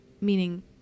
meaning